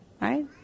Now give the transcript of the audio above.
Right